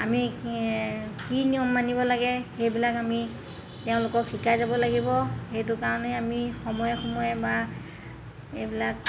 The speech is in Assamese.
আমি কি কি নিয়ম মানিব লাগে সেইবিলাক আমি তেওঁলোকক শিকাই যাব লাগিব সেইটো কাৰণে আমি সময়ে সময়ে বা এইবিলাক